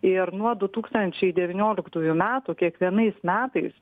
ir nuo du tūkstančiai devynioliktųjų metų kiekvienais metais